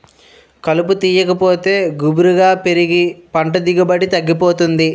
కలుపు తీయాకపోతే గుబురుగా పెరిగి పంట దిగుబడి తగ్గిపోతుంది